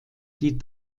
die